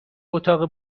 اتاق